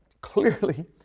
clearly